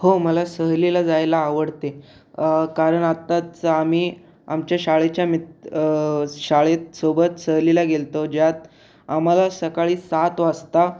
हो मला सहलीला जायला आवडते कारण आत्ताच आम्ही आमच्या शाळेच्या मित शाळेत सोबत सहलीला गेलो होतो ज्यात आम्हाला सकाळी सात वाजता